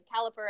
caliper